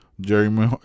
Jeremy